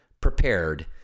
prepared